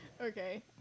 Okay